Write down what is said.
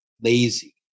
lazy